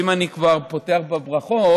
אם אני כבר פותח בברכות,